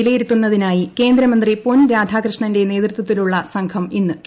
വിലയിരുത്തുന്നതിനായി കേന്ദ്രമന്ത്രി പൊൻരാധാകൃഷ്ണന്റെ നേതൃത്വത്തിലുള്ള സംഘം ഇന്ന് കേരളത്തിൽ